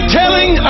telling